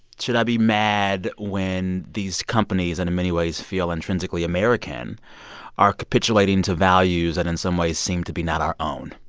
should i be mad when these companies that, and in many ways, feel intrinsically american are capitulating to values that, in some ways, seem to be not our own?